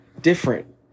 different